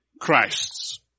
Christs